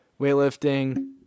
weightlifting